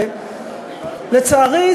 ולצערי,